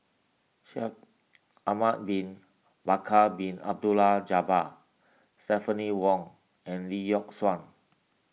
Shaikh Ahmad Bin Bakar Bin Abdullah Jabbar Stephanie Wong and Lee Yock Suan